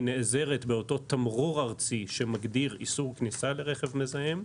היא נעזרת באותו תמרור ארצי שמגדיר איסור כניסה לרכב מזהם.